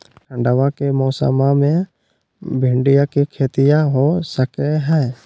ठंडबा के मौसमा मे भिंडया के खेतीया हो सकये है?